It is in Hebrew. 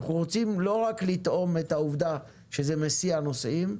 אנחנו רוצים לא רק לחוות את העובדה שזה מסיע נוסעים,